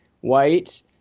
white